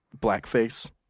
blackface